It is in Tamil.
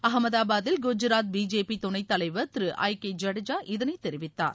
அகமதாபாதில் குஜராத் பிஜேபி துணைத் தலைவர் திரு ஐ கே ஐடேஜா இதனை தெரிவித்தார்